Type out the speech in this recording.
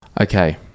Okay